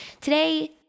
today